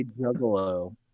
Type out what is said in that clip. juggalo